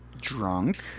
drunk